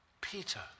Peter